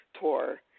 tour